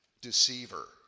Deceiver